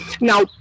Now